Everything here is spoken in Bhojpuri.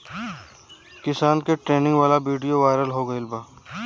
किसान के ट्रेनिंग वाला विडीओ वायरल हो गईल बा